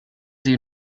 sie